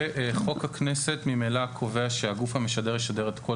חוק הכנסת ממילא קובע שהגוף המשדר ישדר את כל